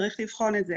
צריך לבחון את זה